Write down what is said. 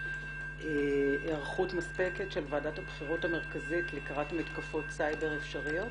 יש היערכות מספקת של ועדת הבחירות המרכזית לקראת מתקפות סייבר אפשריות?